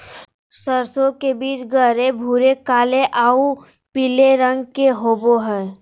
सरसों के बीज गहरे भूरे काले आऊ पीला रंग के होबो हइ